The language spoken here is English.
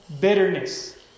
bitterness